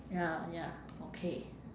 ya ya okay